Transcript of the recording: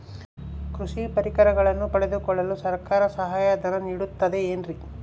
ಕೃಷಿ ಪರಿಕರಗಳನ್ನು ಪಡೆದುಕೊಳ್ಳಲು ಸರ್ಕಾರ ಸಹಾಯಧನ ನೇಡುತ್ತದೆ ಏನ್ರಿ?